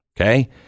Okay